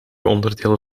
onderdeel